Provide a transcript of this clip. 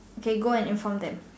okay go and inform them